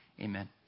Amen